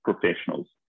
professionals